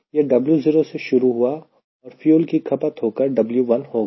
यह W0 से शुरू हुआ और फ्यूल की खपत होकर W1 हो गया